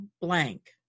blank